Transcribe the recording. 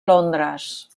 londres